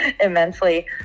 immensely